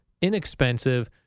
inexpensive